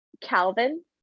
Calvin